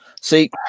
See